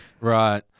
Right